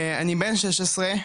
אני בן 16,